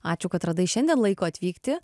ačiū kad radai šiandien laiko atvykti